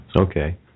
Okay